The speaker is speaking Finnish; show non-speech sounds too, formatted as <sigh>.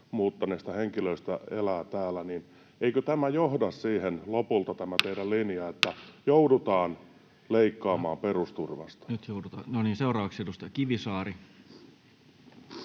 muuttaneista henkilöistä elää täällä. Eikö tämä teidän linjanne johda siihen lopulta, <noise> että joudutaan leikkaamaan perusturvasta? Seuraavaksi edustaja Kivisaari.